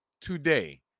today